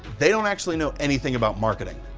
they don't actually know anything about marketing.